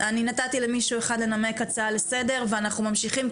אני נתתי למישהו אחד לנמק הצעה לסדר ואנחנו ממשיכים,